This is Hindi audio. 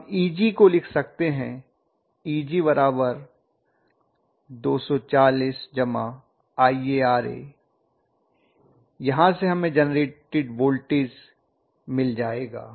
हम Eg को लिख सकते हैं Eg240IaRa यहां से हमें जेनरेटेड वोल्टेज मिल जाएगा